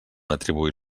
atribuir